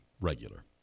regular